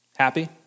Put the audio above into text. Happy